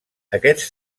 aquests